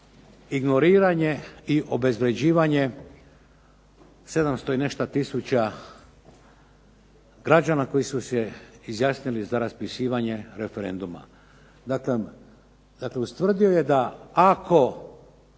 ignoriranje i obezvređivanje 700 i nešto tisuća građana koji su se izjasnili za raspisivanje referenduma. Dakle, ustvrdio je da zato